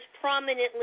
prominently